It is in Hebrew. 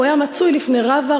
הוא היה מצוי לפני רבא,